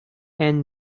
and